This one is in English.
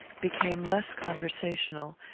became less conversational,